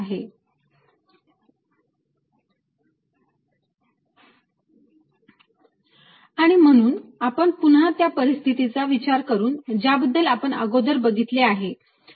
Vr14π0ρ।r r।dV आणि म्हणून आपण पुन्हा त्या परिस्थितीचा विचार करून ज्या बद्दल आपण अगोदर बघितले आहे